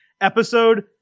episode